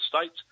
States